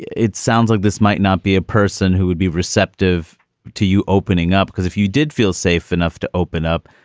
it sounds like this might not be a person who would be receptive to you opening up, because if you did feel safe enough to open up,